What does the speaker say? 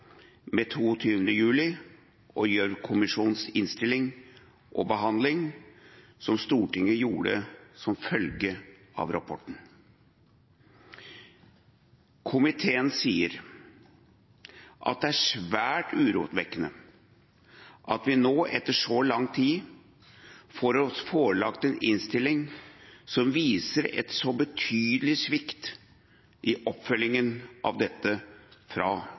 med 22. juli 2011 og Gjørv-kommisjonens innstilling og behandling, som Stortinget gjorde som følge av rapporten. Komiteen sier at det er svært urovekkende at vi nå etter så lang tid får oss forelagt en innstilling som viser en så betydelig svikt i oppfølgingen av dette fra